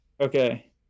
Okay